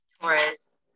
Taurus